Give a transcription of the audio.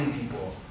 people